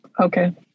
Okay